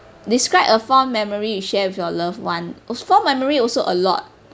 describe a fond memory you share with your loved one a fond memory also a lot